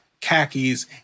khakis